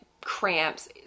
cramps